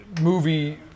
movie